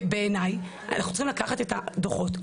בעיניי אנחנו צריכים לקחת את הדוחות,